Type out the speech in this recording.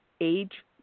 Age